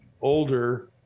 older